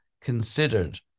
considered